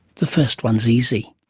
the first one is easy.